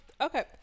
Okay